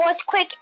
earthquake